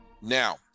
Now